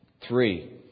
three